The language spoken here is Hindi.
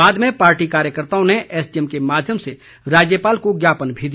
बाद में पार्टी कार्यकर्ताओं ने एसडीएम के माध्यम से राज्यपाल को ज्ञापन भी दिया